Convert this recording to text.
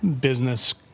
business